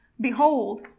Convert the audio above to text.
Behold